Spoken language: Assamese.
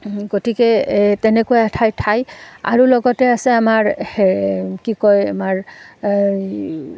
গতিকে এই তেনেকুৱা এঠাই ঠাই আৰু লগতে আছে আমাৰ কি কয় আমাৰ